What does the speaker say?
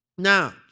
Now